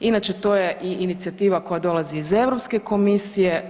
Inače to je i inicijativa koja dolazi iz Europske komisije.